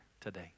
today